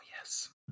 yes